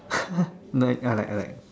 nice yeah I like I like